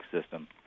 system